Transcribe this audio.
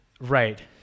right